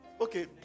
Okay